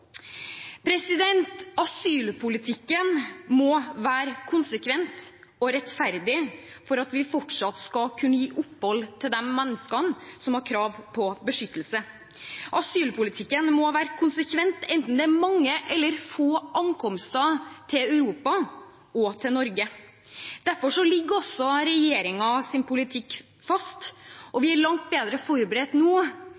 Asylpolitikken må være konsekvent og rettferdig for at vi fortsatt skal kunne gi opphold til de menneskene som har krav på beskyttelse. Asylpolitikken må være konsekvent enten det er mange eller få ankomster til Europa og til Norge. Derfor ligger også regjeringens politikk fast, og